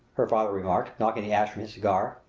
her father remarked, knocking the ash from his cigar,